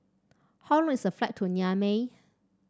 how long is the flight to Niamey